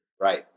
Right